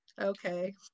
okay